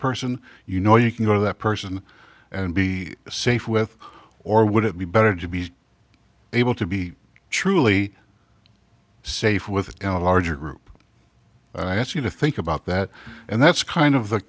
person you know you can go to that person and be safe with or would it be better to be able to be truly safe with a larger group and i ask you to think about that and that's kind of the